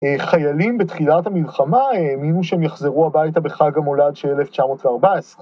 חיילים בתחילת המלחמה האמינו שהם יחזרו הביתה בחג המולד של 1914